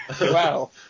Wow